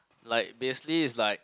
like basically it's like